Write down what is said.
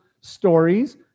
stories